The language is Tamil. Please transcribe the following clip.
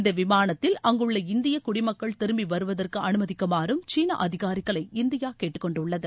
இந்த விமானத்தில் அங்குள்ள இந்திய குடிமக்கள் திரும்பி வருவதற்கு அனுமதிக்குமாறு சீனா அதிகாரிகளை இந்தியா கேட்டுக்கொண்டுள்ளது